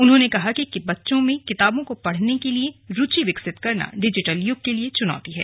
उन्होंने कहा कि बच्चों में किताबें पढ़ने की रूचि विकसित करना डिजिटल युग की चुनौती है